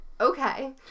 Okay